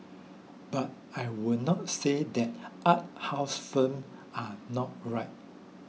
but I will not say that art house films are not right